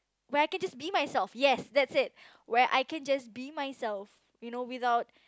where I can just be myself yes that's it where I can just be myself you know without